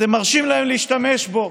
להשתמש בו,